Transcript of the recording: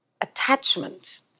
attachment